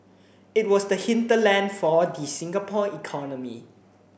it was the hinterland for the Singapore economy